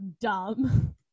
dumb